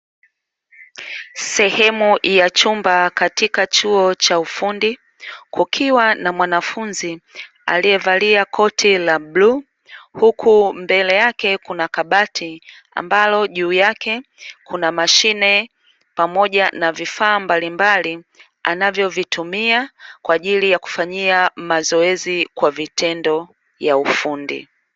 Sehemu ya chumba katika chuo cha ufundi kukiwa na mwanafunzi aliyevalia koti la bluu, huku mbele yake kuna kabati ambalo juu yake kuna mashine pamoja na vifaa mbalimbali anavyovitumia kwa ajili ya kufanyia mazoezi kwa vitendo ya ufundi.